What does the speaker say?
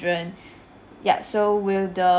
~dren yup so will the